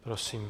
Prosím.